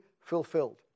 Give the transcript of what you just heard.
fulfilled